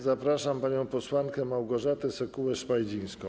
Zapraszam panią posłankę Małgorzatę Sekułę-Szmajdzińską.